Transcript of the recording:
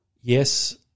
yes